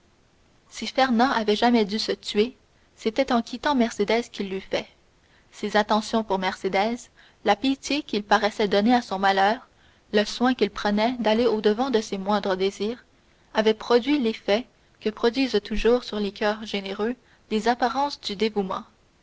si fernand avait jamais dû se tuer c'était en quittant mercédès qu'il l'eût fait ses attentions pour mercédès la pitié qu'il paraissait donner à son malheur le soin qu'il prenait d'aller au-devant de ses moindres désirs avaient produit l'effet que produisent toujours sur les coeurs généreux les apparences du dévouement